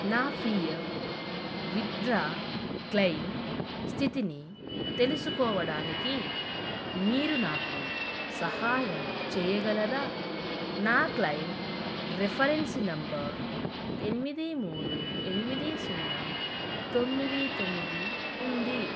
నా PF withdraw claim స్థితిని తెలుసుకోవడానికి మీరు నాకు సహాయం చేయగలరా నా క్లయిమ్ రిఫరెన్స్ నెంబర్ ఎనిమిది మూడు ఎనిమిది సున్నా తొమ్మిది తొమ్మిది ఉంది